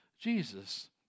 Jesus